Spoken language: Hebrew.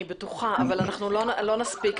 אני בטוחה אבל לא נספיק.